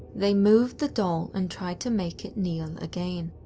they moved the doll and tried to make it kneel again.